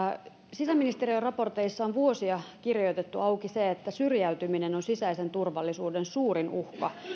sisäministeriön raporteissa on vuosia kirjoitettu auki se että syrjäytyminen on sisäisen turvallisuuden suurin uhka